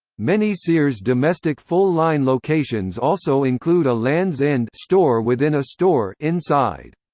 many sears domestic full-line locations also include a lands' end store within a store inside.